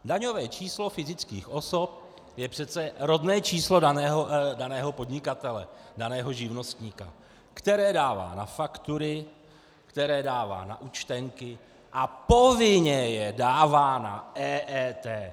Daňové číslo fyzických osob je přece rodné číslo daného podnikatele, daného živnostníka, které dává na faktury, které dává na účtenky a povinně je dává na EET!